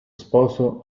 sposo